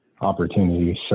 opportunities